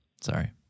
sorry